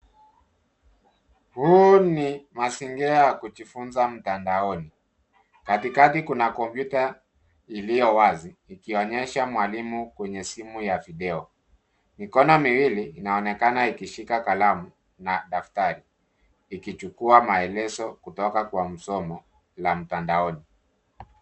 Huu ni mazingira ya kujifunza mtandaoni. Katikati kuna kompyuta iliyo wazi ikionyesha mwalimu kwenye simu ya video. Mikono miwili inaonekana ikishika kalamu na daftari ikichukua maelezo kutoka kwa somo la mtandaoni.